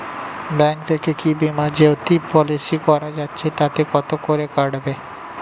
Bank থেকে কী Bima Jyoti policy করা যাচ্ছে তাতে কত করে কাটবে?